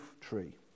tree